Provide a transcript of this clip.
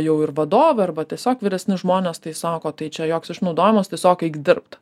jau ir vadovė arba tiesiog vyresni žmonės tai sako tai čia joks išnaudojimas tiesiog eik dirbt